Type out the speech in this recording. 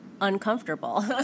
uncomfortable